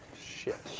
shit.